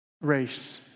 race